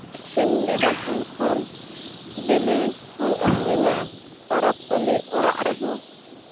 ᱥᱤᱢ ᱜᱮᱰᱮ ᱴᱷᱮᱱ ᱠᱷᱚᱱ ᱵᱤᱞᱤ ᱦᱚᱸᱧ ᱟᱹᱠᱷᱨᱤᱧᱟ ᱯᱟᱨᱟᱵᱽᱼᱯᱟᱞᱤ ᱚᱲᱟᱜ ᱨᱮᱦᱚᱸ